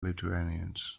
lithuanians